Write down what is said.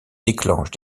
déclenche